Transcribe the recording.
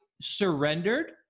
surrendered